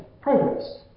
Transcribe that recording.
progress